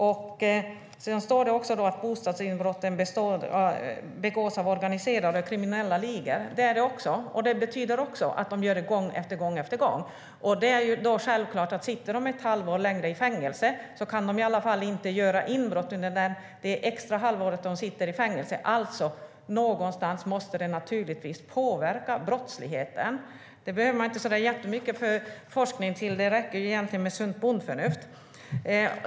Det står också i svaret att bostadsinbrotten begås av organiserade och kriminella ligor. Det betyder också att de gör inbrott gång efter gång. Då är det självklart att om de sitter ett halvår längre i fängelse kan de i alla fall inte göra inbrott under det extra halvår som de sitter i fängelse. Alltså måste det naturligtvis påverka brottsligheten någonstans. Det behöver man inte så mycket forskning för att inse. Det räcker egentligen med sunt bondförnuft.